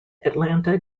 atlanta